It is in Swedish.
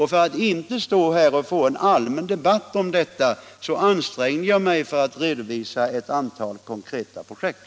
För att inte få en allmän debatt om detta ansträngde jag mig för att redovisa ett antal konkreta projekt.